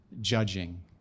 judging